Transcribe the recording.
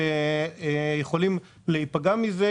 שיכולים להיפגע מזה,